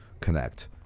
connect